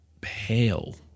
pale